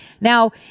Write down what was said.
Now